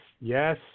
yes